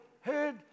heard